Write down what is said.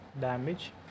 damage